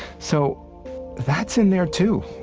so that's in there too.